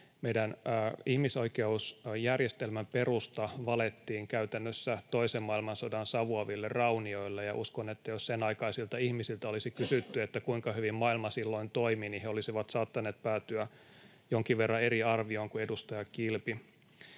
Meidän ihmisoikeusjärjestelmän perusta valettiin käytännössä toisen maailmansodan savuaville raunioille, ja uskon, että jos sen aikaisilta ihmisiltä olisi kysytty, kuinka hyvin maailma silloin toimi, he olisivat saattaneet päätyä jonkin verran eri arvioon kuin edustaja Kilpi.